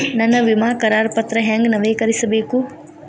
ನನ್ನ ವಿಮಾ ಕರಾರ ಪತ್ರಾ ಹೆಂಗ್ ನವೇಕರಿಸಬೇಕು?